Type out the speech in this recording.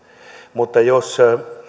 mutta jos